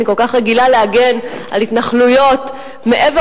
אני כל כך רגילה להגן על התנחלויות מעבר